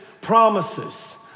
promises